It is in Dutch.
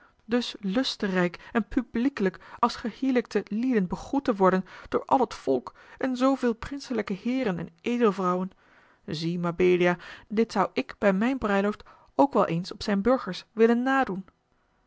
dus lusterrijk en publiekelijk als gehylikte lieden begroet te worden door al het volk en zooveel prinselijke heeren en edelvrouwen zie mabelia dit zou ik bij mijne bruiloft ook wel eens op zijn burgers willen nadoen